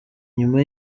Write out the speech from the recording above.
nyuma